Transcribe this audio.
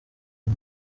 uyu